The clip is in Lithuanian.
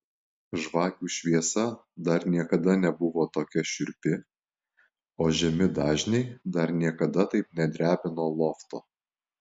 žvakių šviesa dar niekada nebuvo tokia šiurpi o žemi dažniai dar niekada taip nedrebino lofto